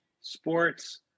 sports